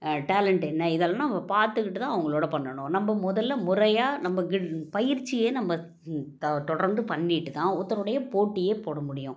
talent என்ன இதெல்லாம் நம்ம பார்த்துக்கிட்டுதான் அவங்களோட பண்ணணும் நம்ம முதலில் முறையாக நம்ம பயிற்சியே நம்ம தொடர்ந்து பண்ணிட்டுதான் ஒருத்தருடைய போட்டியே போட முடியும்